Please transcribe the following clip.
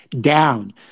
down